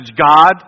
God